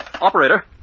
operator